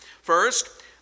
First